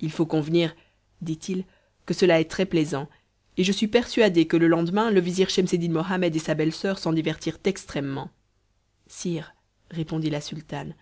il faut convenir ditil que cela est très plaisant et je suis persuadé que le lendemain le vizir schemseddin mohammed et sa belle-soeur s'en divertirent extrêmement sire répondit la sultane